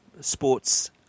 sports